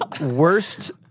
worst